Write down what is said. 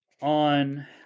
on